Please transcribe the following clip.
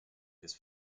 his